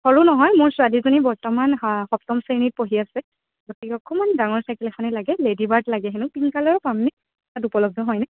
সৰু নহয় মোৰ ছোৱালীজনী বৰ্তমান সপ্তম শ্ৰেণীত পঢ়ি আছে গতিকে অকণমান ডাঙৰ চাইকেল এখনে লাগে লেডি বাৰ্ড লাগে সেনো পিংক কালাৰৰ পামনে তাত উপলব্ধ হয়নে